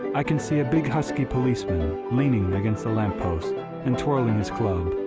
i can see a big husky policeman leaning against a lamppost and twirling his club,